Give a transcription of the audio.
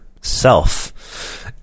self